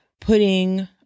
putting